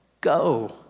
Go